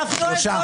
בעד?